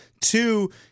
Two